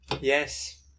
Yes